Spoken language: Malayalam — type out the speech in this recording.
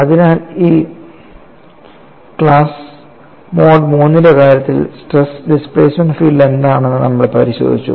അതിനാൽ ഈ ക്ലാസ്സിൽ മോഡ് III ന്റെ കാര്യത്തിൽ സ്ട്രെസ് ഡിസ്പ്ലേസ്മെൻറ് ഫീൽഡ് എന്താണെന്ന് നമ്മൾ പരിശോധിച്ചു